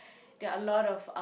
there are a lot of uh